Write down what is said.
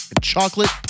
Chocolate